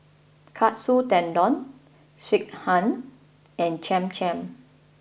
Katsu Tendon Sekihan and Cham Cham